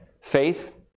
Faith